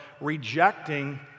rejecting